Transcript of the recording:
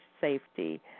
safety